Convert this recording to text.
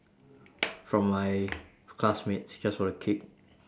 from my classmates just for the kick